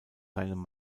seinem